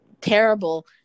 terrible